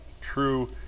true